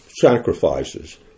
sacrifices